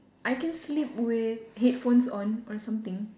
I can sleep with headphones on or something